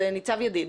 אז, ניצב ידיד.